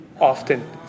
often